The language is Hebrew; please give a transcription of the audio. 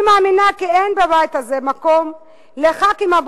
אני מאמינה כי אין בבית הזה מקום לחברי כנסת